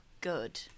good